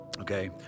Okay